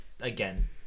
again